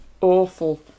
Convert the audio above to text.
awful